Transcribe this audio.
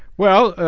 well,